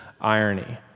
irony